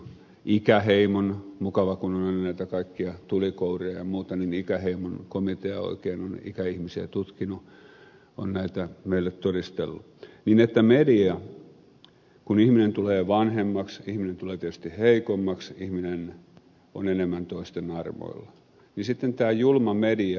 ikäheimon mukava kun on aina näitä kaikkia tulikouria ja muita ikäheimon komitea joka oikein on ikäihmisiä tutkinut on meille näitä todistellut että kun ihminen tulee vanhemmaksi ihminen tulee tietysti heikommaksi ihminen on enemmän toisten armoilla niin sitten tulee tämä julma media